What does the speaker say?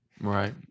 right